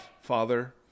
father